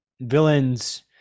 villains